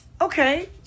Okay